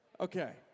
Okay